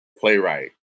playwright